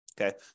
Okay